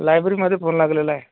लायब्ररीमधे phone लागलेला आहे